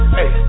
Hey